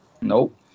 Nope